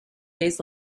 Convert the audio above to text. days